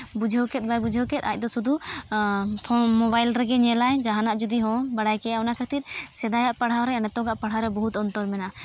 ᱵᱩᱡᱷᱟᱹᱣ ᱠᱮᱫ ᱵᱟᱭ ᱵᱩᱡᱷᱟᱹᱣ ᱠᱮᱫ ᱟᱡ ᱫᱚ ᱥᱩᱫᱩ ᱯᱷᱳᱱ ᱢᱳᱵᱟᱭᱤᱞ ᱨᱮᱜᱮ ᱧᱮᱞᱟᱭ ᱡᱟᱦᱟᱱᱟᱜ ᱡᱩᱫᱤ ᱦᱚᱸ ᱵᱟᱲᱟᱭ ᱠᱮᱭᱟᱭ ᱚᱱᱟ ᱠᱷᱟᱹᱛᱤᱨ ᱥᱮᱫᱟᱭᱟᱜ ᱯᱟᱲᱦᱟᱣ ᱨᱮ ᱟᱨ ᱱᱤᱛᱚᱜᱟᱜ ᱯᱟᱲᱦᱟᱣ ᱨᱮ ᱵᱚᱦᱩᱛ ᱚᱱᱛᱚᱨ ᱢᱮᱱᱟᱜᱼᱟ